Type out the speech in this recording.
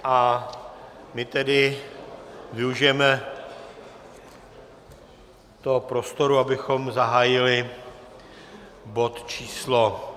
A my tedy využijeme toho prostoru, abychom zahájili bod číslo